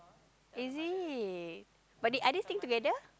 is it but they are they staying together